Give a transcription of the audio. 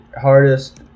hardest